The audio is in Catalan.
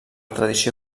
tradició